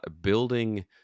building